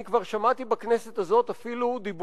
אבל אני כבר שמעתי בכנסת הזאת אפילו דיבורים,